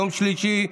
יום שלישי,